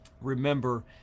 remember